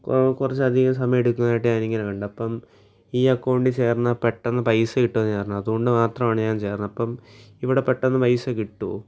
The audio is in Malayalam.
കുറച്ചധികം സമയം എടുക്കുന്നതായിട്ട് ഞാൻ ഇങ്ങനെ കണ്ടു അപ്പോള് ഈ അക്കൗണ്ടിൽ ചേർന്നാല് പെട്ടെന്ന് പൈസ കിട്ടും എന്ന് ഞാനറിഞ്ഞു അതുകൊണ്ട് മാത്രമാണ് ഞാനിത് ചേർന്നത് അപ്പോള് ഇവിടെ പെട്ടെന്ന് പൈസ കിട്ടുമോ